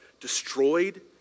destroyed